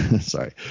Sorry